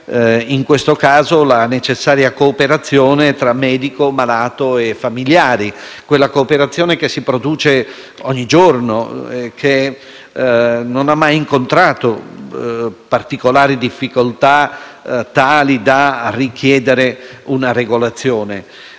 in questo caso la necessaria cooperazione tra medico, malato e familiari; quella cooperazione che si produce ogni giorno, che non ha mai incontrato particolari difficoltà tali da richiedere una regolazione;